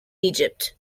egypt